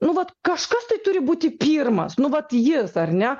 nu vat kažkas tai turi būti pirmas nu vat jis ar ne